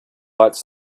lights